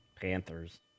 Panthers